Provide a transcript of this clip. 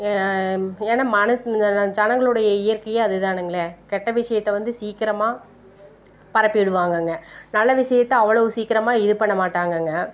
ஏன்னால் மனசு ந ஜனங்களுடைய இயற்கையே அதுதானுங்களே கெட்ட விஷயத்த வந்து சீக்கிரமாக பரப்பி விடுவாங்கங்க நல்ல விஷயத்த அவ்வளவு சீக்கிரமாக இது பண்ண மாட்டாங்கங்க